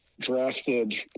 drafted